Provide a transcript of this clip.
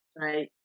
right